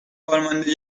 کارمند